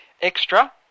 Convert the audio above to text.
Extra